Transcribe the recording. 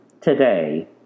Today